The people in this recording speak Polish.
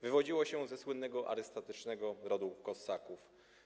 Wywodziła się ze słynnego arystokratycznego rodu Kossaków.